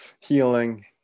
healing